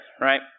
right